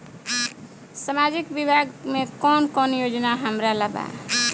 सामाजिक विभाग मे कौन कौन योजना हमरा ला बा?